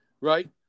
Right